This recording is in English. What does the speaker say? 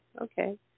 okay